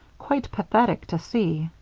quite pathetic to see.